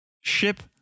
Ship